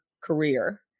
career